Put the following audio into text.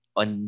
on